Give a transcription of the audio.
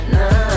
no